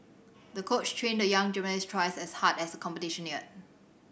the coach trained the young gymnast twice as hard as the competition neared